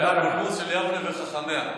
זה היה פולמוס של יבנה וחכמיה.